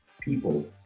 people